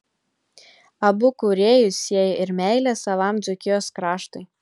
abu kūrėjus sieja ir meilė savam dzūkijos kraštui